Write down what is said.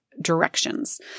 directions